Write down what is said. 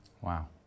Wow